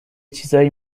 چیزایی